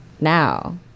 now